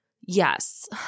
yes